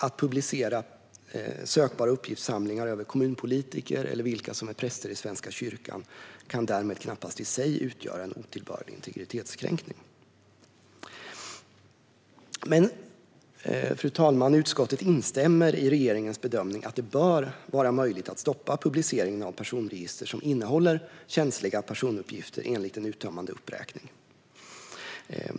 Att publicera sökbara uppgiftssamlingar över kommunpolitiker eller vilka som är präster i Svenska kyrkan kan knappast i sig utgöra en otillbörlig integritetskränkning. Fru talman! Utskottet instämmer i regeringens bedömning att det bör vara möjligt att stoppa publiceringen av personregister som innehåller känsliga personuppgifter enligt en uttömmande uppräkning.